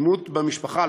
אלימות במשפחה,